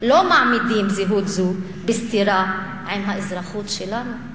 לא מעמידים זהות זו בסתירה עם האזרחות שלנו.